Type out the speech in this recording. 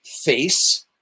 face